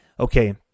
okay